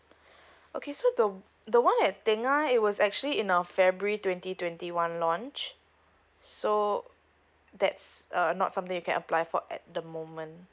okay so the the one at tengah it was actually in of february twenty twenty one launch so that's uh not something you can apply for at the moment